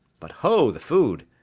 but ho, the food.